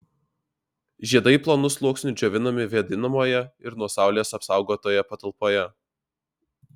žiedai plonu sluoksniu džiovinami vėdinamoje ir nuo saulės apsaugotoje patalpoje